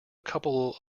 couple